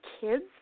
kids